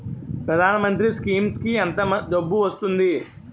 ప్రధాన మంత్రి స్కీమ్స్ కీ ఎంత డబ్బు వస్తుంది?